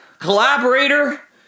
collaborator